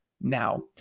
now